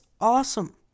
awesome